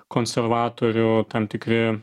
konservatorių tam tikri